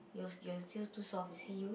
you are you are still too soft you see you